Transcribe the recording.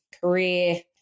career